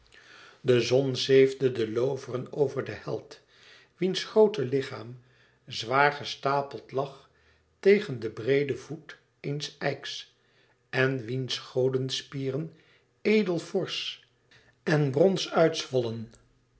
de zon zeefde de looveren over den held wiens groote lichaam zwaar gestapeld lag tegen den breeden voet eens eiks en wiens godenspieren edel forsch en brons uit